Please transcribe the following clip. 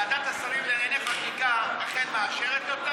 ועדת השרים לענייני חקיקה אכן מאשרת אותן?